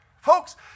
Folks